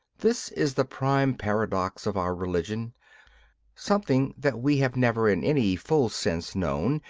this is the prime paradox of our religion something that we have never in any full sense known,